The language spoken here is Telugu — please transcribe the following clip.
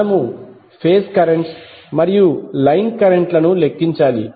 మనము ఫేజ్ కరెంట్స్ మరియు లైన్ కరెంట్ లను లెక్కించాలి